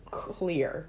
clear